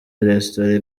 restaurant